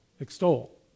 Extol